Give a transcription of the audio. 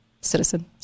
citizen